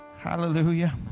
Hallelujah